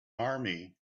army